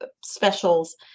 specials